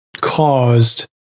caused